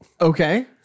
Okay